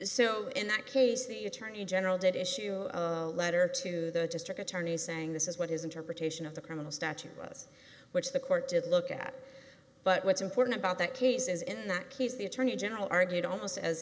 so in that case the attorney general did issue a letter to the district attorney saying this is what his interpretation of the criminal statute was which the court did look at but what's important about that case is in that keeps the attorney general argu